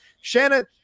shannon